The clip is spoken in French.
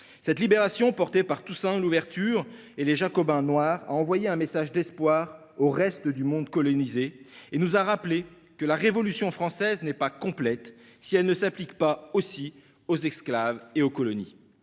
Cette libération, portée par Toussaint Louverture et les Jacobins noirs, a envoyé un message d’espoir au reste du monde colonisé et nous a rappelé que la Révolution française n’est pas complète si elle ne s’applique pas aussi aux esclaves et aux colonies.